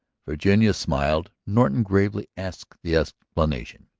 virginia smiled norton gravely asked the explanation.